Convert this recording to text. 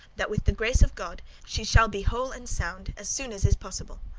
that, with the grace of god, she shall be whole and sound, as soon as is possible.